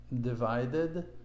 divided